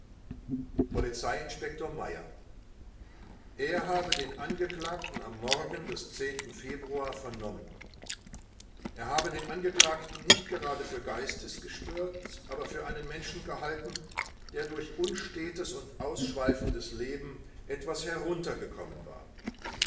polizeiinspektor meyer er habe den angeklagten am morgen des februar vernommen er habe den angeklagten nicht gerade für geistesgestört aber für einen menschen gehalten der durch unstetes und ausschweifendes leben etwas heruntergekommen war